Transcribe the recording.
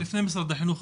לפני משרד החינוך.